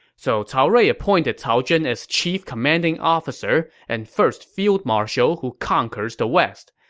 so cao rui appointed cao zhen as chief commanding officer and first field marshal who conquers the west.